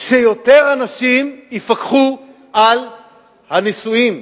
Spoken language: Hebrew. שיותר אנשים יפקחו על הנישואים,